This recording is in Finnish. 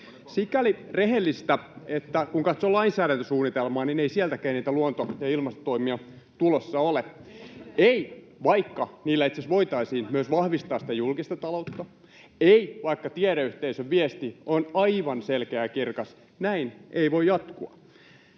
Sikäli rehellistä, että kun katsoo lainsäädäntösuunnitelmaa, niin ei sieltäkään niitä luonto‑ ja ilmastotoimia tulossa ole, ei, vaikka niillä itse asiassa voitaisiin myös vahvistaa sitä julkista taloutta, ei, vaikka tiedeyhteisön viesti on aivan selkeä ja kirkas: näin ei voi jatkua.